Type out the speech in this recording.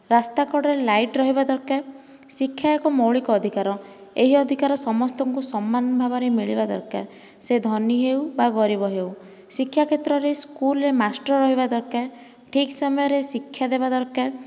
ରାସ୍ତା କଡ଼ରେ ଲାଇଟ୍ ରହିବା ଦରକାର ଶିକ୍ଷା ଏକ ମୌଳିକ ଅଧିକାର ଏହି ଅଧିକାର ସମସ୍ତଙ୍କୁ ସମାନ ଭାବରେ ମିଳିବା ଦରକାର ସେ ଧନୀ ହେଉ ବା ଗରିବ ହେଉ ଶିକ୍ଷା କ୍ଷେତ୍ରରେ ସ୍କୁଲରେ ମାଷ୍ଟର ରହିବା ଦରକାର ଠିକ୍ ସମୟରେ ଶିକ୍ଷା ଦେବା ଦରକାର